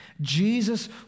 Jesus